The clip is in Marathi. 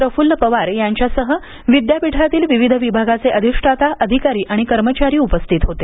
प्रफुल्ल पवार यांच्यासह विद्यापीठातील विविध विभागाचे अधिष्ठाता अधिकारी आणि कर्मचारी उपस्थित होते